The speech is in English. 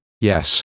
yes